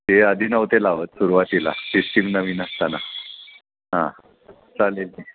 ते आधी नव्हते लावत सुरुवातीला सिस्टिम नवीन असताना हां चालेल